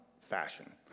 fashion